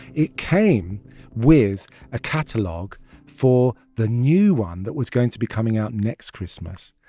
it came with a catalog for the new one that was going to be coming out next christmas.